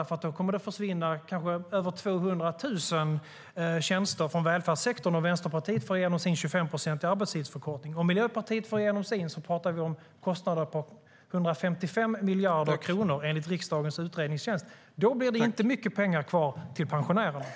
Det kommer att försvinna kanske över 200 000 tjänster från välfärdssektorn om Vänsterpartiet får igenom sin 25-procentiga arbetstidsförkortning. Om Miljöpartiet får igenom sin pratar vi om kostnader på 155 miljarder kronor, enligt riksdagens utredningstjänst. Då blir det inte mycket pengar kvar till pensionärerna.